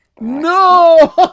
No